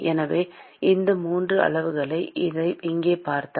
எனவே இந்த 3 அளவுகளை இங்கே பார்த்தால்